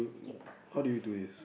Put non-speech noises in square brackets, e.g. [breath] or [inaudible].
yup [breath]